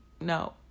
no